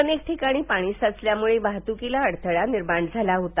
अनेक ठिकाणी पाणी साचल्यामुळे वाहतुकीला अडथळा निर्माण झाला होता